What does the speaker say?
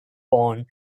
born